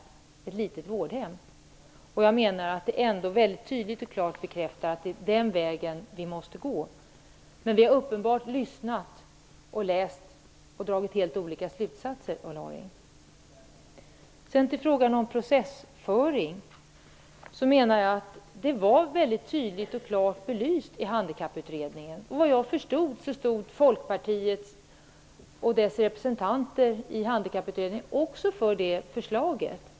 Detta bekräftar tydligt och klart att det är den vägen vi måste gå. Ulla Orring och jag har uppenbarligen dragit helt olika slutsatser efter att ha lyssnat och läst. Sedan skall jag gå över till frågan om processföring. Jag menar att den belystes tydligt och klart i Handikapputredningen. Såvitt jag förstod stod Handikapputredningen också bakom det här förslaget.